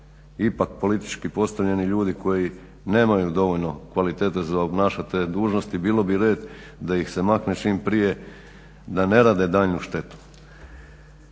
ipak politički postavljeni ljudi koji nemaju dovoljno kvaliteta za obnašat te dužnosti, bilo bi red da ih se makne čim prije, da ne rade daljnju štetu.